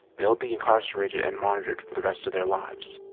they'll be incarcerated and monitored for the rest of their lives.